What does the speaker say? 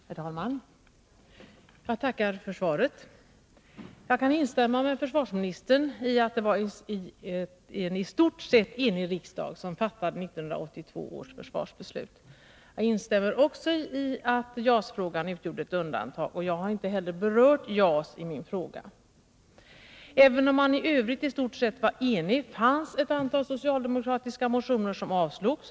Herr talman! Jag tackar för svaret. Jag kan instämma med försvarsministern i att det var en i stort sett enig riksdag som fattade 1982 års försvarsbeslut. Jag instämmer också i att JAS-frågan utgjorde ett undantag. Jag har inte heller berört JAS i min fråga. Även om man i övrigt var i stort sett enig, fanns det ett antal socialdemokratiska motioner som avslogs.